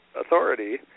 authority